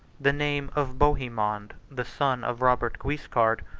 the name of bohemond, the son of robert guiscard,